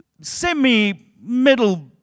semi-middle